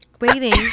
Waiting